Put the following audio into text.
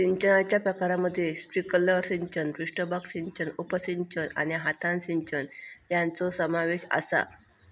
सिंचनाच्या प्रकारांमध्ये स्प्रिंकलर सिंचन, पृष्ठभाग सिंचन, उपसिंचन आणि हातान सिंचन यांचो समावेश आसा